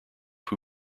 who